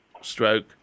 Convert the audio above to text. stroke